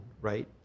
right